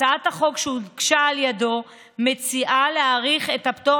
בהצעת החוק שהוגשה על ידו הוא מציע להאריך את הפטור